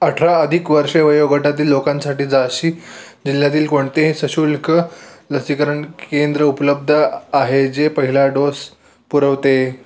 अठरा अधिक वर्ष वयोगटातील लोकांसाठी झाशी जिल्ह्यातील कोणतेही सशुल्क लसीकरण केंद्र उपलब्ध आहे जे पहिला डोस पुरवते